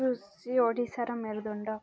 କୃଷି ଓଡ଼ିଶାର ମେରୁଦଣ୍ଡ